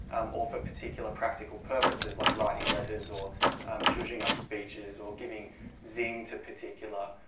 or for particular practical purposes like writing letters or judging up speeches or giving zing to particular